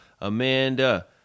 Amanda